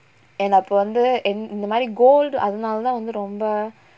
and அப்ப வந்து இந் இந்தமாரி:appa vanthu inth inthamaari gold அதுனால தான் வந்து ரொம்ப:athunaala thaan vanthu romba